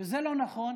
וזה לא נכון.